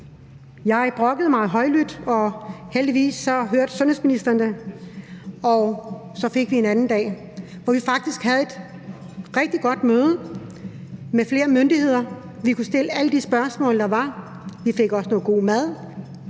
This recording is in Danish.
Jeg brokkede mig højlydt, og heldigvis hørte sundhedsministeren det, og så fik vi en anden dag, hvor vi faktisk havde et rigtig godt møde med flere myndigheder, og hvor vi kunne stille alle de spørgsmål, der var – og vi fik også noget god mad.